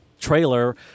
trailer